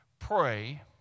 pray